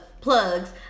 plugs